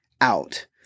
out